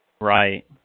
Right